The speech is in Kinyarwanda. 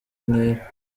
ntera